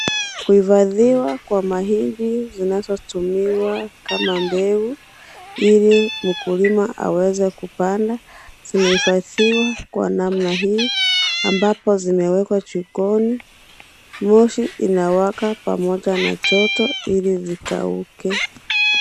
Kuifadhiwa kwa maindi zinazotumiwa kama mbegu ili mkulima aweze kupanda zinaifadhiwa kwa namna hii ambazo zinawekwa jikoni moshing inawaka pamoja na joto zikauke.